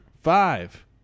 Five